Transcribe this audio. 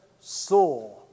saw